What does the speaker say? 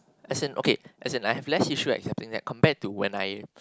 as in okay as in I have less issues accepting that compared to when I